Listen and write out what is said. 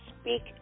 speak